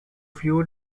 few